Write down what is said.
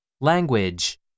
Language